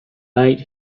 night